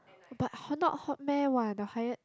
but hot not hot meh !wah! the higher